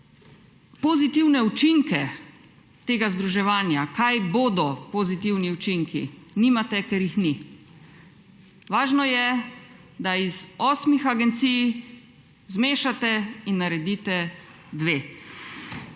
pozitivne učinke tega združenja, kaj bodo pozitivni učinki? Nimate, ker jih ni! Važno je, da iz osmih agencij zmešate in naredite dve.